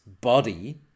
body